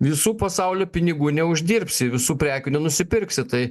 visų pasaulio pinigų neuždirbsi visų prekių nenusipirksi tai